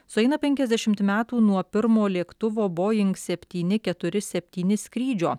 sueina penkiasdešimt metų nuo pirmojo lėktuvo boing septyni keturi septyni skrydžio